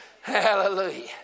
Hallelujah